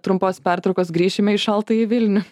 trumpos pertraukos grįšime į šaltąjį vilnių